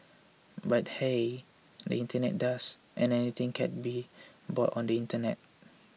but hey the internet does and anything can be bought on the internet